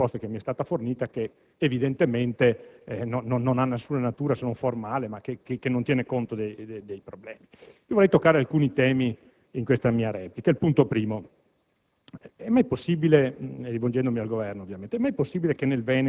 assolutamente insoddisfatto anche dei contenuti della risposta che mi è stata fornita, che evidentemente ha natura solo formale, ma non tiene conto dei problemi.